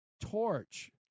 torch